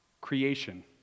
creation